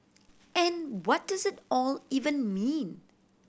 and what does it all even mean